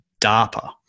DARPA